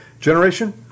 generation